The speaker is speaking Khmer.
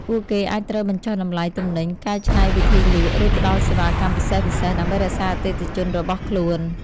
ពួកគេអាចត្រូវបញ្ចុះតម្លៃទំនិញ កែច្នៃវិធីលក់ ឬផ្តល់សេវាកម្មពិសេសៗ ដើម្បីរក្សាអតិថិជនរបស់ខ្លួន។